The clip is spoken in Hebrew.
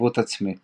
יציבות עצמית